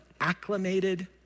acclimated